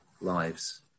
lives